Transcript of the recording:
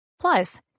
Plus